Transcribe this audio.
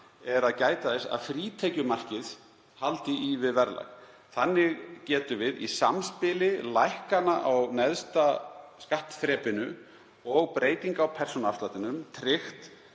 er að gæta þess að frítekjumarkið haldi í við verðlag. Þannig getum við, í samspili lækkanna á neðsta skattþrepinu og breytingar á persónuafslætti, tryggt